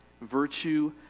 virtue